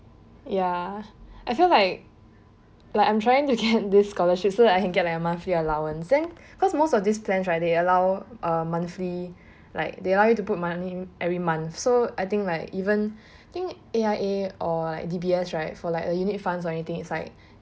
ya I feel like like I'm trying to get this scholarship so that I could get like a monthly allowance then cause most of these plans right they allow uh monthly like they allow you to put money every month so I think like even I think A_I_A or like D_B_S right for like the unit fund or anything is like